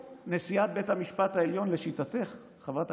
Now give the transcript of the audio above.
הינה,